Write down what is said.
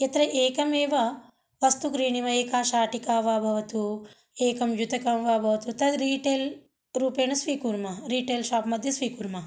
यत्र एकं एव वस्तुं क्रीणीमः एका शाटिका वा भवतु एकं युतकं वा भवतु तद् रेटेल् रूपेण स्वीकुर्मः रिटेल् शोप्मध्ये स्वीकुर्मः